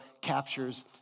captures